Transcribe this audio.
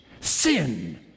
Sin